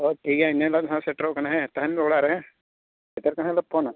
ᱦᱳᱭ ᱴᱷᱤᱠ ᱜᱮᱭᱟ ᱤᱱᱟᱹ ᱦᱤᱞᱳᱜ ᱦᱟᱸᱜ ᱥᱮᱴᱮᱨᱚᱜ ᱠᱟᱱᱟ ᱦᱮᱸ ᱛᱟᱦᱮᱱ ᱫᱚ ᱚᱲᱟᱜ ᱨᱮ ᱦᱮᱸ ᱥᱮᱴᱮᱨ ᱛᱟᱦᱮᱸ ᱫᱚ ᱯᱷᱳᱱᱟ